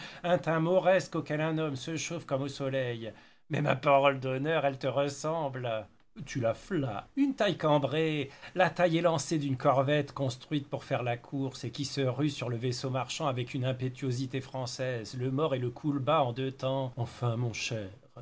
un teint mauresque auquel un homme se chauffe comme au soleil mais ma parole d'honneur elle te ressemble tu la flattes une taille cambrée la taille élancée d'une corvette construite pour faire la course et qui se rue sur le vaisseau marchand avec une impétuosité française le mord et le coule bas en deux temps enfin mon cher